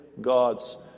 God's